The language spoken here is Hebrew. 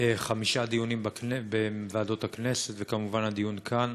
חמישה דיונים בוועדות הכנסת, וכמובן הדיון כאן.